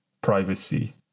privacy